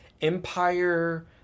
empire